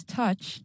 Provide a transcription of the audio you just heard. touch